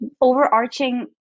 overarching